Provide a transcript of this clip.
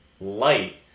light